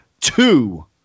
two